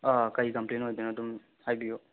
ꯑꯥ ꯀꯔꯤ ꯀꯝꯄ꯭ꯂꯦꯟ ꯑꯣꯏꯗꯣꯏꯅꯣ ꯑꯗꯨꯝ ꯍꯥꯏꯕꯤꯌꯨ